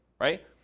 right